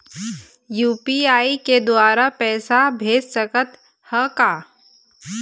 UPI के द्वारा पैसा भेज सकत ह का?